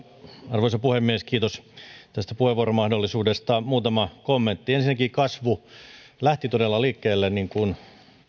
arvoisa puhemies kiitos tästä puheenvuoromahdollisuudesta muutama kommentti ensinnäkin kasvu lähti liikkeelle todella niin kuin